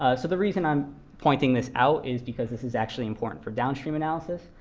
ah so the reason i'm pointing this out is because this is actually important for downstream analysis.